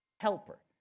helper